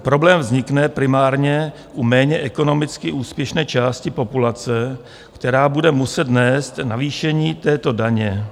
Problém vznikne primárně u méně ekonomicky úspěšné části populace, která bude muset nést navýšení této daně.